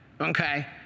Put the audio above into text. Okay